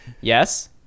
yes